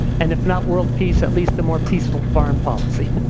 and if not world peace, at least a more peaceful foreign policy.